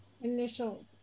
initial